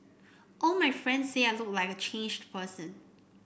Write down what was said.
all my friends say I look like a changed person